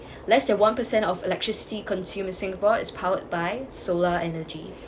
less than one percent of electricity consumer singapore is powered by solar energy